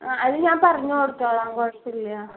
ആ അത് ഞാൻ പറഞ്ഞ് കൊടുത്തോളം കുഴപ്പമില്ല